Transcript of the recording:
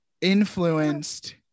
Influenced